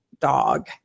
dog